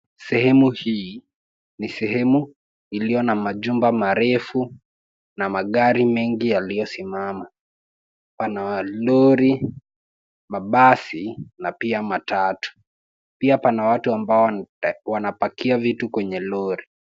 Sehemu hii ni sehemu iliyo na majumba marefu na magari mengi yaliyosimama. Pana lori, mabasi na pia matatu. Pia pana watu ambao wanapakia vitu kwenye lori.